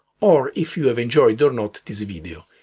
or if you have enjoyed or not this video.